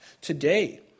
today